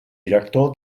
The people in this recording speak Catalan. director